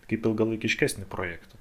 kaip ilgalaikiškesnį projektą